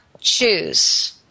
choose